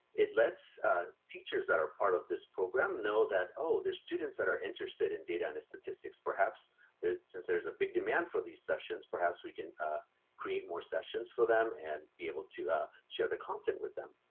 it lets teachers that are part of this program know that oh, there's students that are interested in data and statistics, perhaps since there's a big demand for these sessions, perhaps we can ah create more sessions for them and be able to share the content with them.